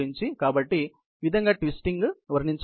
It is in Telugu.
కాబట్టి ఆ విధంగా ట్విస్టింగ్ వర్ణించవచ్చు